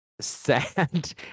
sad